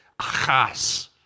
Achas